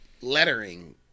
lettering